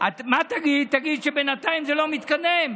מה תגיד, תגיד שבינתיים זה לא מתקדם?